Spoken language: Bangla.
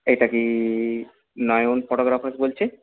এটা কি নয়ন ফটোগ্রাফারস বলছে